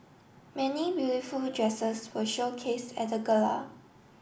many beautiful dresses were showcased at the gala